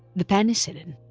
the penicillin